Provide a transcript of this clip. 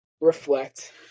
reflect